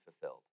fulfilled